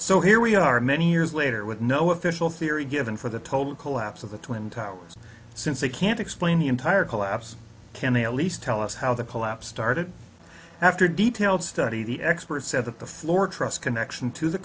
so here we are many years later with no official theory given for the total collapse of the twin towers since they can't explain the entire collapse can they at least tell us how the collapse started after detailed study the expert said that the floor truss connection to the